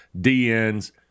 DNs